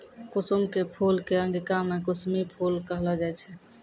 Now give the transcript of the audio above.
कुसुम के फूल कॅ अंगिका मॅ कुसमी फूल कहलो जाय छै